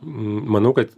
manau kad